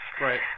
Right